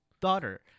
daughter